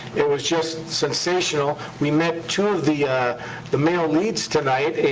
it was just sensational. we met two of the ah the male leads tonight